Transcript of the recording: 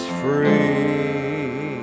free